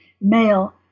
male